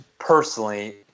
Personally